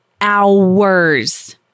hours